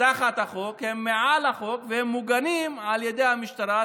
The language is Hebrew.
תחת החוק, הם מעל החוק והם מוגנים על ידי המשטרה.